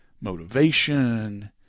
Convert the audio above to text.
motivation